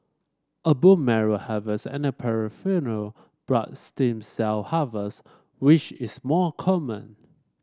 a bone marrow harvest and peripheral blood stem cell harvest which is more common